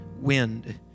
wind